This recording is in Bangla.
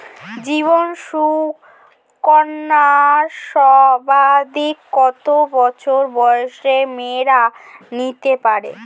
জীবন সুকন্যা সর্বাধিক কত বছর বয়সের মেয়েরা নিতে পারে?